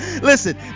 Listen